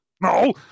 No